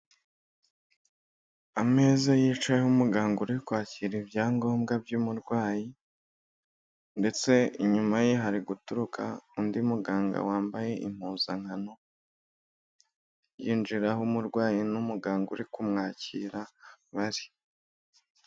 Ameza yicayeho umugangagu uri kwakira ibyangombwa by'umurwayi, ndetse inyuma ye hari guturuka undi muganga wambaye impuzankano, yinjira aho umurwayi n'umuganga uri kumwakira bari.